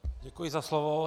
Děkuji za slovo.